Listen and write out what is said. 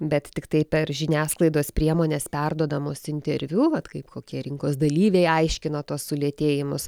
bet tiktai per žiniasklaidos priemones perduodamos interviu vat kaip kokie rinkos dalyviai aiškino tuos sulėtėjimus